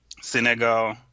Senegal